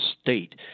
State